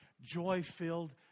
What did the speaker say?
joy-filled